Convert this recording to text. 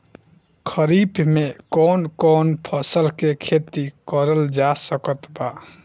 खरीफ मे कौन कौन फसल के खेती करल जा सकत बा?